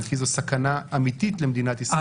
כי זאת סכנה אמיתית למדינת ישראל.